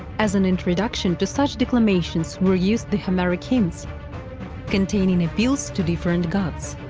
as an introduction to such declamations were used the homeric hymns containing the appeal so to different gods.